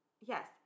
Yes